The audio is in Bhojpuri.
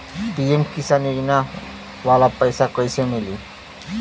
पी.एम किसान योजना वाला पैसा कईसे मिली?